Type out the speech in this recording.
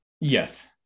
Yes